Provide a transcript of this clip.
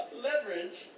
Leverage